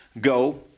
go